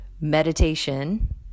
meditation